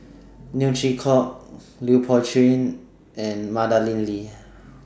Neo Chwee Kok Lui Pao Chuen and Madeleine Lee